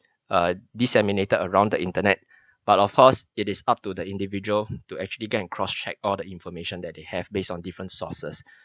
err disseminated around the internet but of course it is up to the individual to actually get and cross-check all the information that they have based on different sources